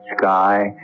sky